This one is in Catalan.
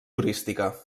turística